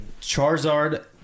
Charizard